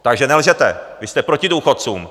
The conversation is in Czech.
Takže nelžete, vy jste proti důchodcům!